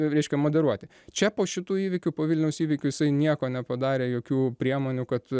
reiškia moderuoti čia po šitų įvykių po vilniaus įvykių jisai nieko nepadarė jokių priemonių kad